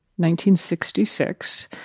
1966